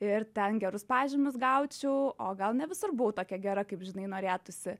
ir ten gerus pažymius gaučiau o gal ne visur buvau tokia gera kaip žinai norėtųsi